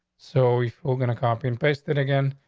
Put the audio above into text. so we are gonna copy and paste it again.